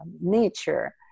nature